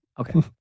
Okay